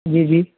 जी जी